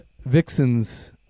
vixens